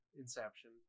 Inception